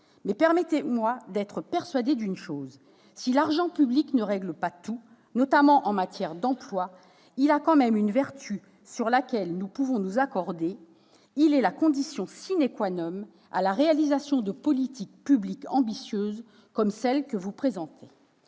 Mais je suis persuadée d'une chose. Si l'argent public ne règle pas tout, notamment en matière d'emploi, il a quand même une vertu sur laquelle nous pouvons nous accorder : il est la condition de la réalisation de politiques publiques ambitieuses comme celles que vous nous présentez.